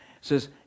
says